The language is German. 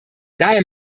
daher